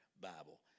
bible